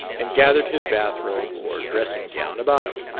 and gathered his bathrobe or dressing-gown about him.